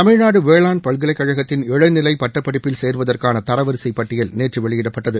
தமிழ்நாடு வேளாண் பல்கலைக் கழகத்தின் இளநிலை பட்டப்படிப்பில் சேருவதற்கான தரவரிசைப் பட்டியல் நேற்று வெளியிடப்பட்டது